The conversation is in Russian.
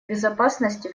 безопасности